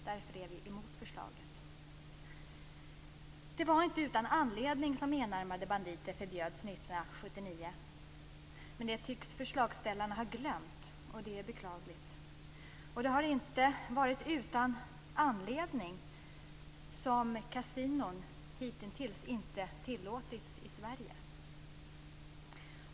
Därför är vi emot förslaget. Det var inte utan anledning som enarmade banditer förbjöds 1979, men det tycks förslagsställarna ha glömt. Det är beklagligt. Det är inte utan anledning som kasinon hittills inte tillåtits i Sverige.